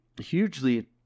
hugely